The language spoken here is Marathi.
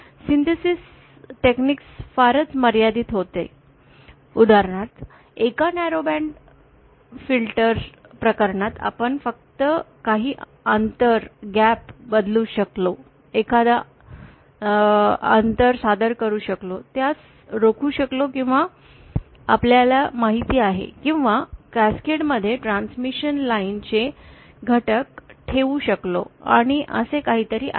संश्लेषण तंत्र फारच मर्यादित होते उदाहरणार्थ एका न्यारो बँड फिल्टर् प्रकरणात आपण फक्त काही अंतर बदलू शकलो एखादे अंतर सादर करु शकलो त्यास रोखू शकलो किंवा आपल्याला माहित आहे किंवा कॅस्केड मध्ये ट्रान्समिशन लाइन चे घटक ठेवू शकलो आणि असे काहीतरी आहे